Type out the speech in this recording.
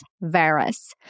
varus